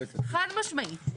חד משמעית.